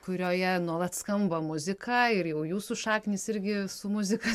kurioje nuolat skamba muzika ir jau jūsų šaknys irgi su muzika